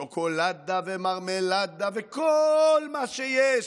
שוקולדה ומרמלדה וכל מה שיש,